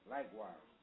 Likewise